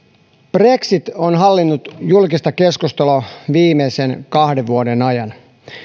brexit on hallinnut julkista keskustelua viimeisen kahden vuoden ajan